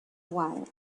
while